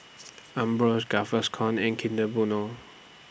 Ambros Gaviscon and Kinder Bueno